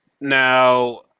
Now